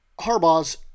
Harbaugh's